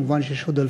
כמובן שיש עוד,